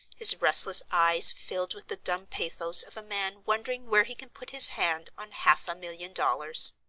his restless eyes filled with the dumb pathos of a man wondering where he can put his hand on half a million dollars.